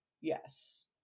Yes